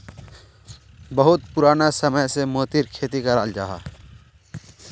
बहुत पुराना समय से मोतिर खेती कराल जाहा